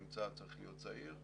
האם צה"ל צריך להיות צעיר?